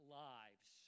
lives